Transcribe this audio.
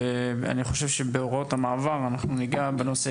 אני חושב שבהוראות המעבר אנחנו ניגע בנושא.